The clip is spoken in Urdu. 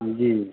جی